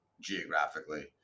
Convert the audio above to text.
geographically